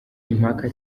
impaka